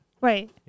Right